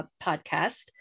podcast